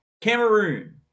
Cameroon